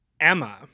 Emma